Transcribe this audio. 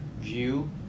view